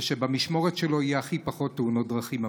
ושבמשמרת שלו יהיו הכי פחות תאונות דרכים,